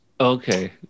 Okay